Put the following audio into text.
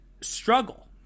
Struggle